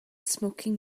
smoking